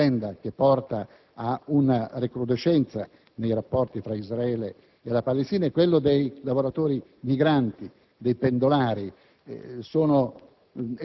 che porta a una recrudescenza nei rapporti tra Israele e la Palestina è quello dei lavoratori migranti, dei pendolari: